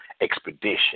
expedition